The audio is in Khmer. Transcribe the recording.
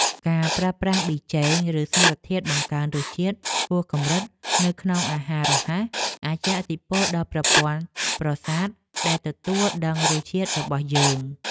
ការប្រើប្រាស់ប៊ីចេង ឬសារធាតុបង្កើនរសជាតិហួសកម្រិតនៅក្នុងអាហាររហ័សអាចជះឥទ្ធិពលដល់ប្រព័ន្ធប្រសាទដែលទទួលដឹងរសជាតិរបស់យើង។